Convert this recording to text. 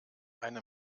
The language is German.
eine